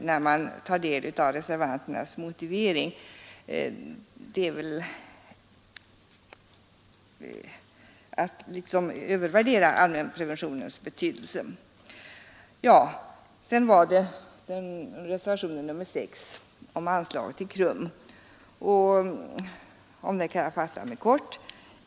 När man tar del av reservanternas motivering förefaller det som om de vill övervärdera allmänpreventionens betydelse. Jag vill sedan säga några ord om reservationen 6 beträffande anslag till KRUM. Om denna kan jag fatta mig kort.